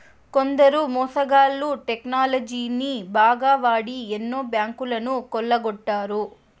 కొందరు మోసగాళ్ళు టెక్నాలజీని బాగా వాడి ఎన్నో బ్యాంకులను కొల్లగొట్టారు